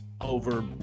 over